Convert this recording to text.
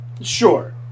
Sure